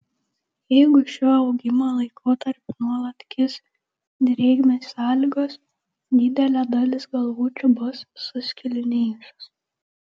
jeigu šiuo augimo laikotarpiu nuolat kis drėgmės sąlygos didelė dalis galvučių bus suskilinėjusios